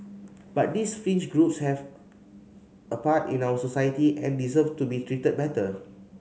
but these fringe groups have a part in our society and deserve to be treated better